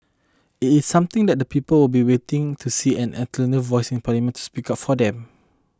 it is something that people will be wanting to see an alternative voice in parliament to speak up for them